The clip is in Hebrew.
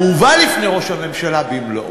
והוא הובא לפני ראש הממשלה במלואו.